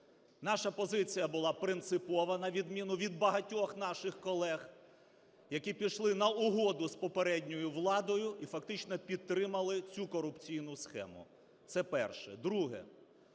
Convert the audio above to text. Наша позиція була принципова, на відміну від багатьох наших колег, які пішли на угоду з попередньою владою і фактично підтримали цю корупційну схему. Це перше. Друге.